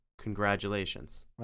Congratulations